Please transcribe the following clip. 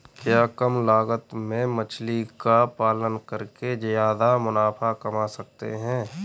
क्या कम लागत में मछली का पालन करके ज्यादा मुनाफा कमा सकते हैं?